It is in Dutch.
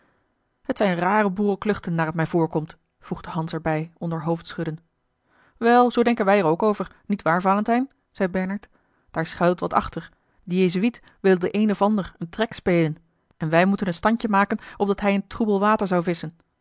het zijn rare boerenkluchten naar het mij voorkomt voegde hans er bij onder hoofdschudden wel zoo denken wij er ook over niet waar valentijn zeî bernard daar schuilt wat achter de jezuïet wil den een of ander een trek spelen en wij moeten een standje maken opdat hij in troebel water zou visschen